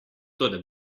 toda